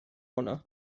honno